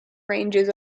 ranges